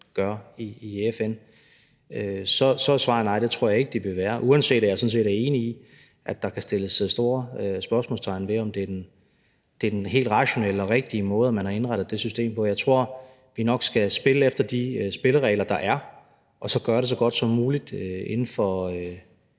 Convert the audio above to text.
gør i FN, så er svaret nej. Det tror jeg ikke det vil være, uanset at jeg sådan set er enig i, at der kan sættes store spørgsmålstegn ved, om det er den helt rationelle og rigtige måde, man har indrettet det system på. Jeg tror, at vi nok skal spille efter de spilleregler, der er, og så gøre det så godt som muligt inden for